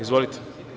Izvolite.